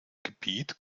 gebiet